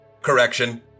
Correction